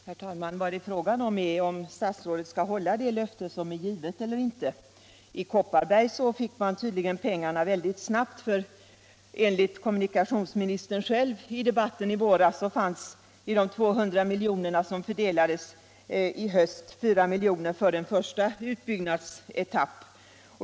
Herr talman! Frågan gäller om statsrådet skall hålla det löfte som han har givit eller inte. I Kopparberg fick man tydligen pengarna väldigt snabbt, för enligt vad kommunikationsministern själv sade i debatten i våras fanns i de 200 milj.kr. som då fördelades 4 milj.kr. för en första utbyggnadsetapp.